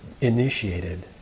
initiated